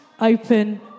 open